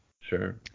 Sure